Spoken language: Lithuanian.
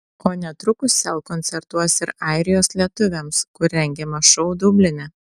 o netrukus sel koncertuos ir airijos lietuviams kur rengiamas šou dubline